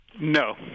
No